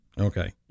okay